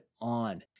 on